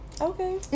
Okay